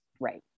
Right